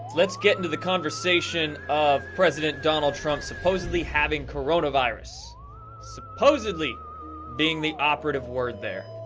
let's get into the conversation of president donald trump supposedly having coronavirus supposedly being the operative word there.